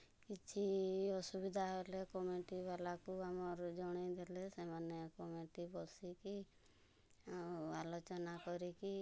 କିଛି ଅସୁବିଧା ହେଲେ କମିଟିବାଲାକୁ ଆମର ଜଣାଇ ଦେଲେ ସେମାନେ କମିଟି ବସିକି ଆଉ ଆଲୋଚନା କରିକି